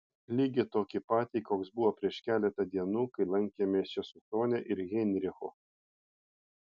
lygiai tokį patį koks buvo prieš keletą dienų kai lankėmės čia su sonia ir heinrichu